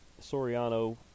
Soriano